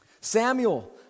Samuel